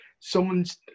someone's